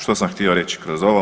Što sam htio reći kroz ovo?